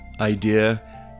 idea